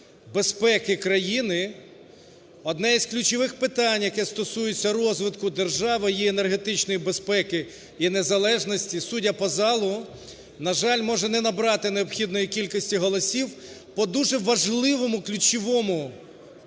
безпеки країни, одне з ключових питань, яке стосується розвитку держави, її енергетичної безпеки і незалежності, судя по залу, на жаль, може не набрати необхідної кількості голосів по дуже важливому ключовому питанню,